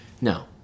No